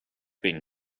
been